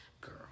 girl